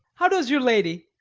how does your lady,